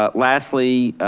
ah lastly,